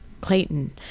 Clayton